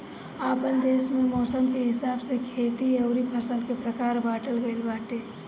आपन देस में मौसम के हिसाब से खेती अउरी फसल के प्रकार बाँटल गइल बाटे